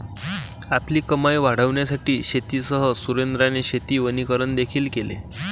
आपली कमाई वाढविण्यासाठी शेतीसह सुरेंद्राने शेती वनीकरण देखील केले